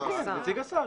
כן, נציג השר.